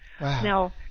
Now